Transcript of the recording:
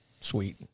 Sweet